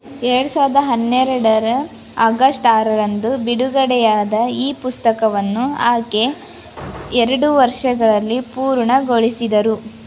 ಎರ್ಡು ಸಾವಿರ್ದ ಹನ್ನೆರಡರ ಆಗಸ್ಟ್ ಆರರಂದು ಬಿಡುಗಡೆಯಾದ ಈ ಪುಸ್ತಕವನ್ನು ಆಕೆ ಎರಡು ವರ್ಷಗಳಲ್ಲಿ ಪೂರ್ಣಗೊಳಿಸಿದರು